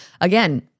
again